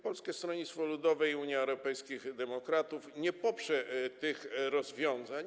Polskie Stronnictwo Ludowe i Unia Europejskich Demokratów nie poprze tych rozwiązań.